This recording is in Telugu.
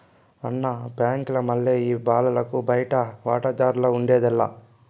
అన్న, బాంకీల మల్లె ఈ బాలలకు బయటి వాటాదార్లఉండేది లా